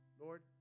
Lord